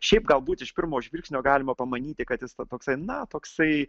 šiaip galbūt iš pirmo žvilgsnio galima pamanyti kad jis ta toksai na toksai